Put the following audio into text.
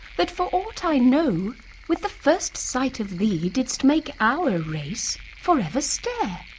that for aught i know with the first sight of thee didst make our race for ever stare!